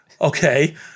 okay